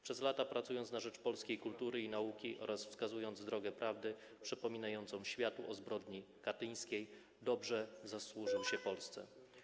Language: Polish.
Przez lata pracując na rzecz polskiej kultury i nauki oraz wskazując drogę prawdy, przypominającą światu o zbrodni katyńskiej, dobrze zasłużył się Polsce.